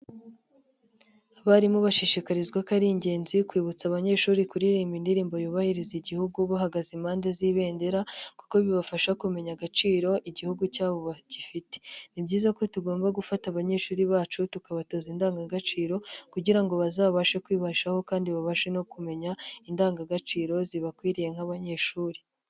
Abarimu bashishikarizwa ko ari ingenzi kwibutsa abanyeshuri kuririmba indirimbo yubahiriza igihugu bahagaze impande z'ibendera kuko bibafasha kumenya agaciro igihugu cyabo gifite, ni byiza ko tugomba gufata abanyeshuri bacu tukabatoza indangagaciro kugira ngo bazabashe kwibeshaho kandi babashe no kumenya indangagaciro zibakwiriye nk'abanyeshuri.